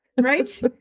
right